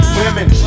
women